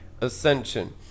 ascension